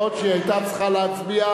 בעוד שהיא היתה צריכה להצביע,